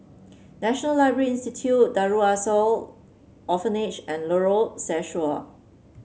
National Library Institute Darul Ihsan Orphanage and Lorong Sesuai